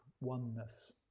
oneness